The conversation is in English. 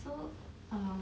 so um